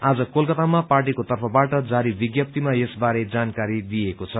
आज कोलकतामा पार्टीको तर्फबाट जारी विज्ञप्तीमा यसबारे जानकारी दिइएको छ